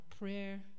prayer